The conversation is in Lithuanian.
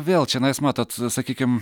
vėl čianais matot sakykim